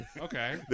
okay